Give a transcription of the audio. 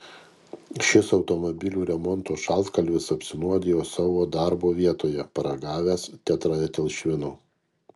šis automobilių remonto šaltkalvis apsinuodijo savo darbo vietoje paragavęs tetraetilšvino